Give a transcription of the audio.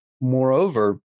Moreover